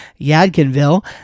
Yadkinville